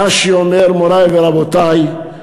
רש"י אומר: מורי ורבותי,